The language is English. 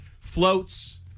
floats